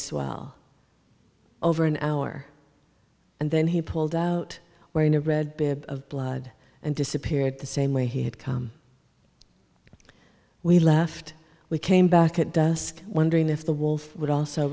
swell over an hour and then he pulled out wearing a red beard of blood and disappeared the same way he had come we left we came back at dusk wondering if the wolf would also